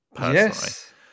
Yes